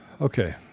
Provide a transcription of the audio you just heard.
Okay